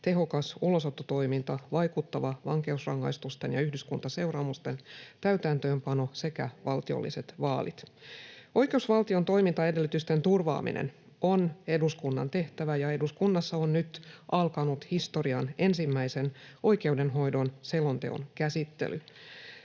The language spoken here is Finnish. tehokas ulosottotoiminta, vaikuttava vankeusrangaistusten ja yhdyskuntaseuraamusten täytäntöönpano sekä valtiolliset vaalit. Oikeusvaltion toimintaedellytysten turvaaminen on eduskunnan tehtävä, ja eduskunnassa on nyt alkanut historian ensimmäisen oikeudenhoidon selonteon käsittely.